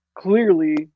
Clearly